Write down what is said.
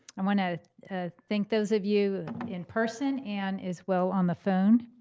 i wanna thank those of you in person, and as well on the phone.